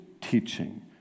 teaching